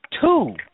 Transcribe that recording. Two